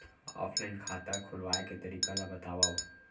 Offline खाता खोलवाय के तरीका ल बतावव?